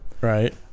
right